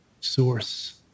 source